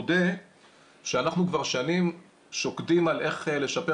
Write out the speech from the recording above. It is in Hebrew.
אודה שאנחנו כבר שנים שוקדים על איך לשפר